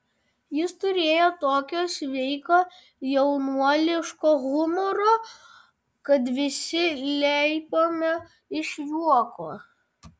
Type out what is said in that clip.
jis turėjo tokio sveiko jaunuoliško humoro kad visi leipome iš juoko